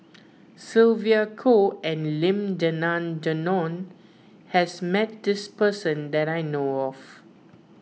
Sylvia Kho and Lim Denan Denon has met this person that I know of